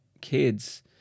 kids